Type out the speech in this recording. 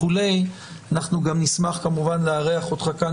אנחנו גם נשמח כמובן לארח אותך כאן